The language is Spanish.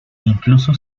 incluso